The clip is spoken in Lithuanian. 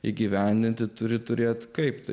įgyvendinti turi turėti kaip